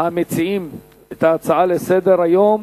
המציעים את ההצעות לסדר-היום.